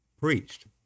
preached